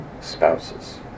spouses